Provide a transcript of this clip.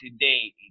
today